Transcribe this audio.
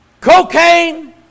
cocaine